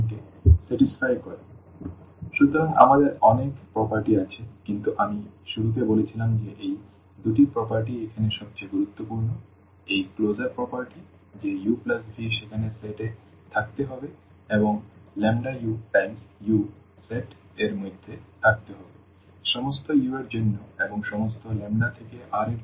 For each u∈V1uu1 being the identity element in R সুতরাং আমাদের অনেক বৈশিষ্ট্য আছে কিন্তু আমি শুরুতে বলেছিলাম যে এই দুটি বৈশিষ্ট্য এখানে সবচেয়ে গুরুত্বপূর্ণ এই ক্লোজার প্রপার্টি যে uv সেখানে সেট এ থাকতে হবে এবং u টাইমস u সেট এর মধ্যে থাকতে হবে সমস্ত u এর জন্য এবং সমস্ত থেকে R এর জন্য